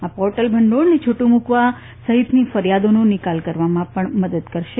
આ પોર્ટલ ભંડોળને છુટુ મુકવા સહિતની ફરિયાદોનો નિકાલ કરવામાં પણ મદદ કરશે